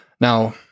Now